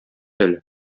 әле